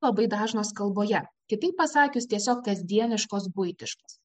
labai dažnos kalboje kitaip pasakius tiesiog kasdieniškos buitiškos